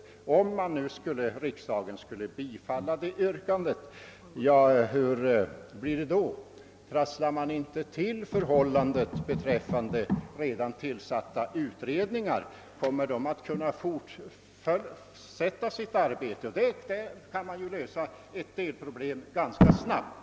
Hur blir det om riksdagen skulle bifalla yrkandet, trasslar man inte till förhållandet beträffande redan tillsatta utredningar? Kommer de att kunna fortsätta sitt arbete? Därefter kan man ju lösa ett delproblem ' ganska snabbt.